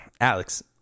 alex